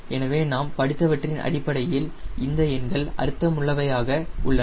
எனவே நாம் அங்கே படித்தவற்றின் அடிப்படையில் இந்த எண்கள் அர்த்தமுள்ளவையாக உள்ளன